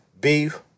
beef